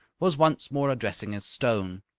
was once more addressing his stone.